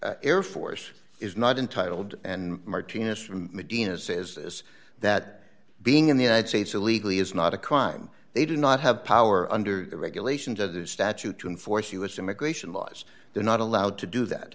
the air force is not entitled and martinez from medina says that being in the united states illegally is not a crime they do not have power under the regulations of the statute to enforce u s immigration laws they're not allowed to do that